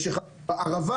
יש חוות בערבה,